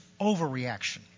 overreaction